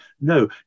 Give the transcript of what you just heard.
No